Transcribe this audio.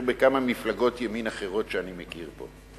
בכמה מפלגות ימין אחרות שאני מכיר פה.